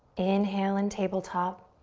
inhale in tabletop.